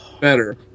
better